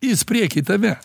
jis prieky tave